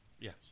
Yes